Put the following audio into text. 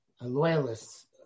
loyalists